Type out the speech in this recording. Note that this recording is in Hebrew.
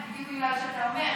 בדיוק בגלל מה שאתה אומר,